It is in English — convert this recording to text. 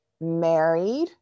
married